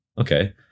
okay